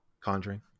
Conjuring